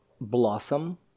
blossom